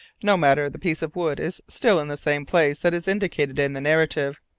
no matter the piece of wood is still in the same place that is indicated in the narrative,